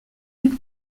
luc